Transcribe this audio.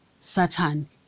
Satan